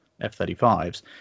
f-35s